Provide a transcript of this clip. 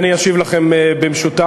אני אשיב לכם במשותף,